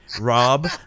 Rob